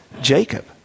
Jacob